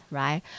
right